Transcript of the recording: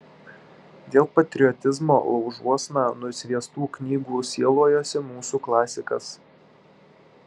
dėl patriotizmo laužuosna nusviestų knygų sielojosi mūsų klasikas